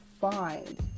find